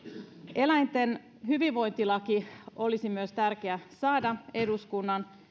eläinten hyvinvointilaki olisi myös tärkeä saada